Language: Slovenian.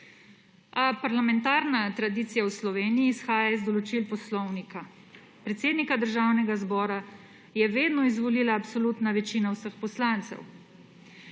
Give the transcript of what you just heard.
parlamentarna tradicija v Sloveniji izhaja iz določil Poslovnika. Predsednika Državnega zbora je vedno izvolila absolutna večina vseh poslancev.